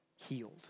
healed